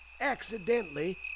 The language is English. accidentally